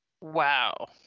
Wow